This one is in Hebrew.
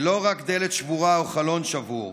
זו לא רק דלת שבורה או חלון שבור.